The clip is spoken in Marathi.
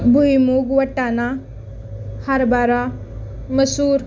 भुईमूग वाटाणा हरभरा मसूर